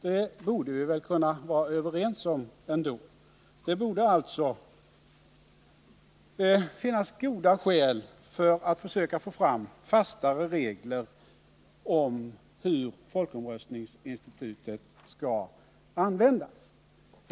Det borde vi väl ändå kunna vara överens om. Vi borde alltså kunna tycka att det finns goda skäl att försöka få fram fastare regler för hur folkomröstningsinstitutet skall användas.